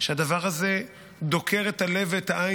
שהדבר הזה דוקר את הלב ואת העין.